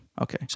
Okay